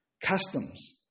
customs